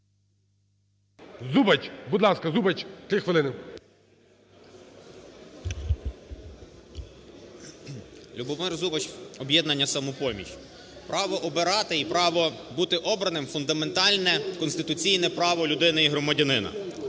ЛюбомирЗубач, "Об'єднання "Самопоміч". Право обирати і право бути обраним – фундаментальне конституційне право людини і громадянина.